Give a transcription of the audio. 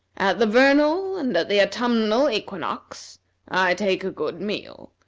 at the vernal and at the autumnal equinox i take a good meal,